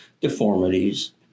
deformities